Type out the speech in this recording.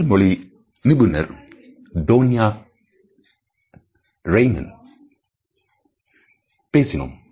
உடல் மொழி நிபுணர் தோன்யா ரிமனுடன் பேசினோம்